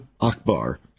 Akbar